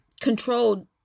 controlled